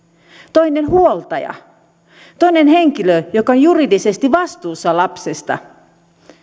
toinen huoltaja toinen henkilö joka on juridisesti vastuussa lapsesta